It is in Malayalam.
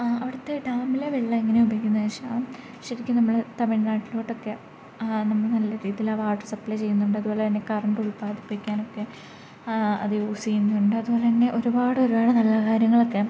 അവിടുത്തെ ഡാമിലെ വെള്ളം എങ്ങനെയാണ് ഉപയോഗിക്കുന്നതെന്നു വെച്ചാൽ ശരിക്കും നമ്മൾ തമിഴ്നാട്ടിലോട്ടൊക്കെ നമ്മൾ നല്ല രീതിയിൽ ആ വാട്ടർ സപ്ലൈ ചെയ്യുന്നുണ്ട് അതുപോലെ തന്നെ കറണ്ട് ഉത്പാദിപ്പിക്കാനൊക്കെ അത് യൂസ് ചെയ്യുന്നുണ്ട് അതു പോലെ തന്നെ ഒരുപാട് ഒരുപാട് നല്ല കാര്യങ്ങളൊക്കെ